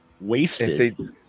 wasted